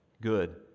good